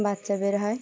বাচ্চা বের হয়